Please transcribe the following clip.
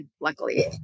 luckily